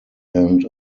end